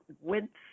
width